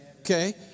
Okay